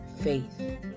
faith